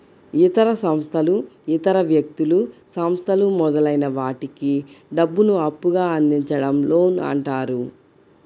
ఇతర సంస్థలు ఇతర వ్యక్తులు, సంస్థలు మొదలైన వాటికి డబ్బును అప్పుగా అందించడం లోన్ అంటారు